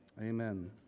amen